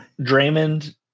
Draymond